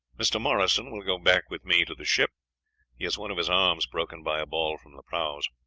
mr. morrison will go back with me to the ship he has one of his arms broken by a ball from the prahus.